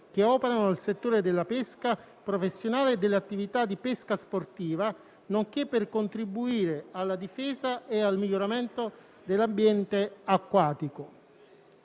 che operano nel settore della pesca professionale e dell'attività di pesca sportiva, nonché per contribuire alla difesa e al miglioramento dell'ambiente acquatico.